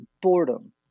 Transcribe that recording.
boredom